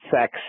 sex